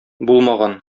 булмаган